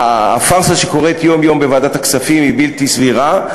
הפארסה שקורית יום-יום בוועדת הכספים היא בלתי סבירה.